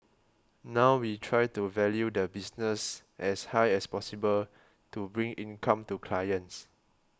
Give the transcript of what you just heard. now we try to value the business as high as possible to bring income to clients